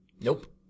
Nope